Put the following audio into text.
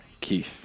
Keith